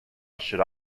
should